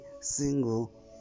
single